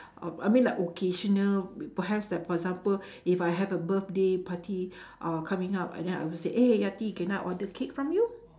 o~ I mean like occasional p~ perhaps like for example if I have a birthday party uh coming up then I will say eh yati can I order cake from you